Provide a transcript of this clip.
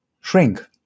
shrink